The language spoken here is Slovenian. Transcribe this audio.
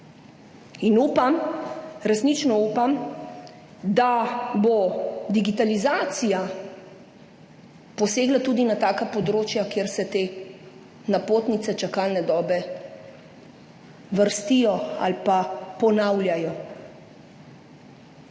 In upam, resnično upam, da bo digitalizacija posegla tudi na taka področja, kjer se te napotnice, čakalne dobe vrstijo ali pa ponavljajo.